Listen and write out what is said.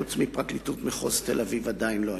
חוץ מפרקליטות מחוז תל-אביב, שם עדיין לא הייתי.